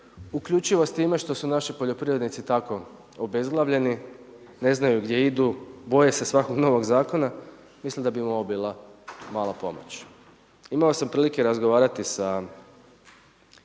uključivo s time što su naši poljoprivrednici tako obezglavljeni, ne znaju gdje idu, boje se svakog novog zakona mislim da bi im ovo bila mala pomoć. Imao sam prilike razgovarati sa